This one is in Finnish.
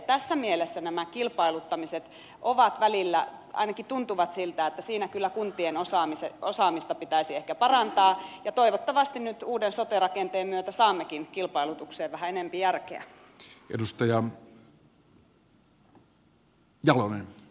tässä mielessä välillä ainakin tuntuu että näissä kilpailuttamisissa kyllä kuntien osaamista pitäisi ehkä parantaa ja toivottavasti nyt uuden sote rakenteen myötä saammekin kilpailutukseen vähän enempi järkeä